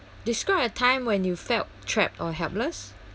describe a time when you felt trapped or helpless